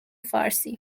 فارسی